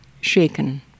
shaken